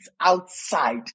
outside